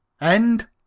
End